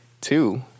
two